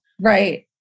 right